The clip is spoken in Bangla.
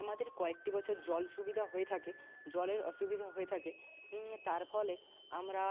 আমাদের কয়েকটি বছর জল সুবিধা হয়ে থাকে জলের অসুবিধা হয়ে থাকে তার ফলে আমরা